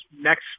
next